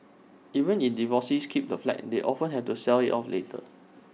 even if divorcees keep the flat they often have to sell IT off later